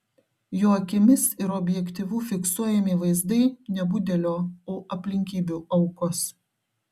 jo akimis ir objektyvu fiksuojami vaizdai ne budelio o aplinkybių aukos